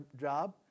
job